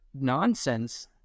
nonsense